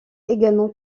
également